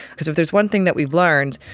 because if there's one thing that we've learned,